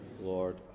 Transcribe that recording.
Lord